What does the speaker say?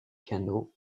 piano